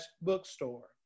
bookstore